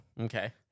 Okay